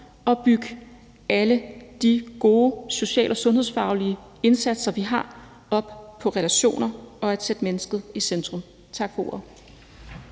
og bygge alle de gode sociale og sundhedsfaglige indsatser, vi har, op på relationer og at sætte mennesket i centrum. Tak for ordet.